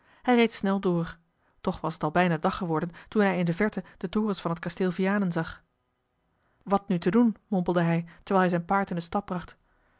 hij reed snel door toch was het al bijna dag geworden toen hij in de verre de forens van het kasteel vianen zag wat nu te doen mompelde hij terwijl hij zijn